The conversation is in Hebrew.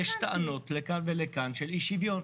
יש טענות לכאן ולכאן של אי שוויון,